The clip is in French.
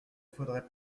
faudrait